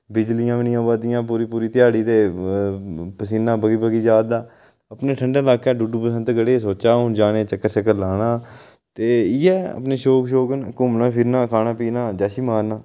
बिजलियां बी निं आवै दियां पूरी पूरी धयाड़ी ते पसीना बगी बगी जा दा अपने ठंडे लाकै डुडू बसंतगढ़े सोच्चेआ हून जन्ने चक्कर शक्कर लाना ते इ'यै अपने शौक शौक न घुम्मना फिरना खाना पीना जैशी मारना